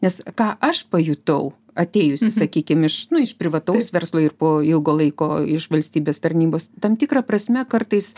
nes ką aš pajutau atėjusi sakykim iš nu iš privataus verslo ir po ilgo laiko iš valstybės tarnybos tam tikra prasme kartais